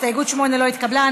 8 לא התקבלה.